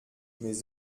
mes